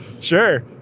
Sure